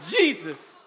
Jesus